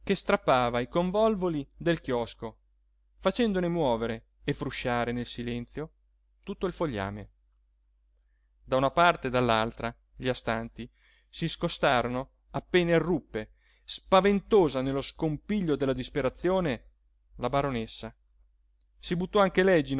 strappava i convolvoli del chiosco facendone muovere e frusciare nel silenzio tutto il fogliame da una parte e dall'altra gli astanti si scostarono appena irruppe spaventosa nello scompiglio della disperazione la baronessa si buttò anche lei